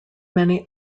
many